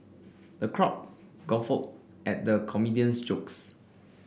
the crowd guffawed at the comedian's jokes